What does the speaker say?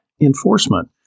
enforcement